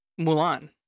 Mulan